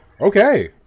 Okay